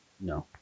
no